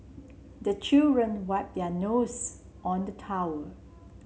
the children wipe their nose on the towel